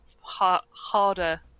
harder